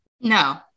No